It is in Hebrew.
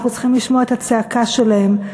אנחנו צריכים לשמוע את הצעקה שלהם,